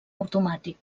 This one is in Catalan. automàtic